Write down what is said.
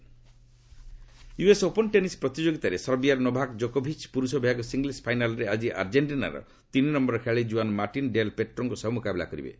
US Open US Open tennis ପ୍ରତିଯୋଗିତାରେ ସର୍ବିଆର Novak ଜୋକୋଭିଚ୍ ପୁରୁଷ ବିଭାଗ ସିଙ୍ଗଲ୍ସ୍ ଫାଇନାଲ୍ରେ ଆଜି ଆର୍ଜେଣ୍ଟିନାର ତିନି ନମ୍ଘର ଖେଳାଳି ଜୁଆନ୍ ମାର୍ଟିନ୍ ଡେଲ୍ ପେଟ୍ରୋଙ୍କ ସହ ମୁକାବିଲା କରିବେ